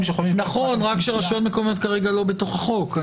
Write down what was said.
רק שרשויות מקומיות כרגע לא בתוך החוק.